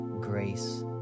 grace